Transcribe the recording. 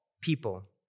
people